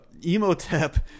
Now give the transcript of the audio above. emotep